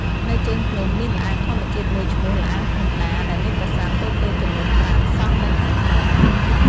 នៅជើងភ្នំមានល្អាងធម្មជាតិមួយឈ្មោះ ល្អាងភ្នំដា ដែលមានប្រាសាទតូចៗចំនួន ៥ សង់នៅខាងក្នុង។